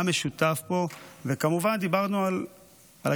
מה משותף פה, וכמובן, דיברנו על הגיוס.